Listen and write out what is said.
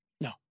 No